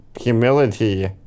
humility